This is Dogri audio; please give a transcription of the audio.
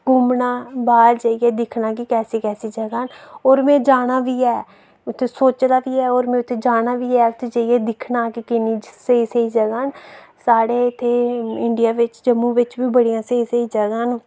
घुम्मना बाह्र जाइयै दिक्खना कि कैसी कैसी न और में जाना बी ऐ उत्थै सोचे दा बी ऐ और में उत्थै जाना बी ऐ उत्थै जाइयै दिक्खना कि किन्नी स्हेई स्हेई जगह् न साढ़े इत्थै इंडिया बिच जम्मू बिच बी बड़ियां स्हेई स्हेई जगह् न